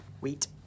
Wheat